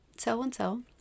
so-and-so